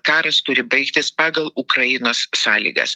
karas turi baigtis pagal ukrainos sąlygas